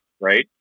right